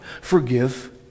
forgive